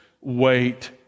wait